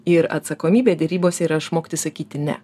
ir atsakomybė derybose yra išmokti sakyti ne